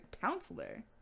counselor